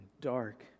dark